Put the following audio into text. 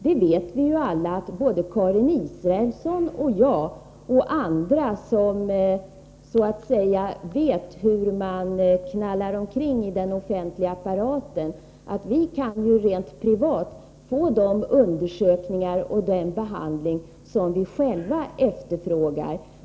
Vi vet alla att såväl Karin Israelsson och jag som andra som så att säga vet hur man ”knallar omkring” i den offentliga apparaten, kan få de undersökningar och den behandling som vi själva efterfrågar.